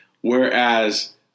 Whereas